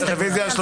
הרביזיה נדחתה.